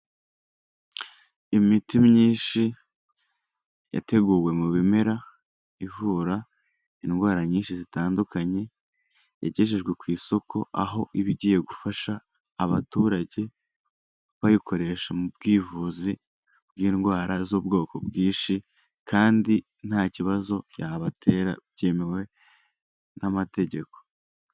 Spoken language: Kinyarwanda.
Imiti myinshi yateguwe mu bimera, ivura indwara nyinshi zitandukanye, yagejejwe ku isoko, aho iba igiye gufasha abaturage bayikoresha mu bwivuzi bw'indwara z'ubwoko bwinshi kandi ntakibazo byabatera, byemewe n'amategeko.